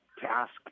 task